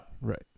Right